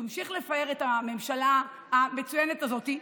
שהמשיך לפאר את הממשלה המצוינת הזאת,